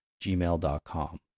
gmail.com